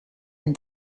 een